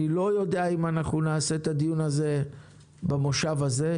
אני לא יודע אם נעשה את הדיון הזה במושב הזה,